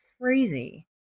crazy